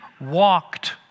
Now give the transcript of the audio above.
walked